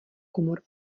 komor